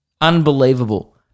Unbelievable